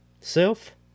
self